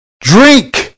drink